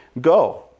go